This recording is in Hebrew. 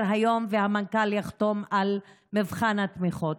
היום והמנכ"ל יחתום על מבחן התמיכות.